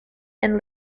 and